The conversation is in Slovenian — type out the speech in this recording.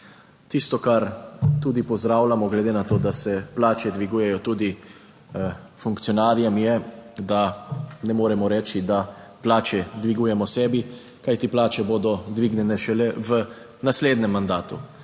Tisto, kar tudi pozdravljamo, glede na to, da se plače dvigujejo tudi funkcionarjem je, da ne moremo reči, da plače dvigujemo sebi, kajti plače bodo dvignjene šele v naslednjem mandatu,